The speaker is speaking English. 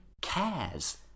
cares